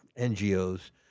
NGOs